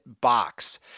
box